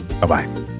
Bye-bye